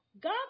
God